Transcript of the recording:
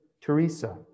Teresa